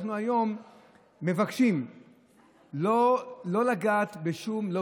אנחנו היום מבקשים לא לגעת בשום דבר,